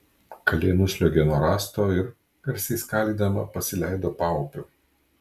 kalė nusliuogė nuo rąsto ir garsiai skalydama pasileido paupiu